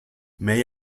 may